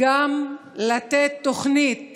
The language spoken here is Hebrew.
לתת תוכנית